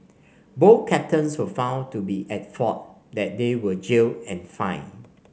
both captains were found to be at fault that they were jailed and fined